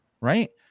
right